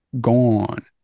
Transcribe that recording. gone